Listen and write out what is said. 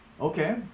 okay